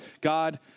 God